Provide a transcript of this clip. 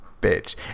bitch